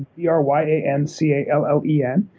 b r y a n c a l l e n.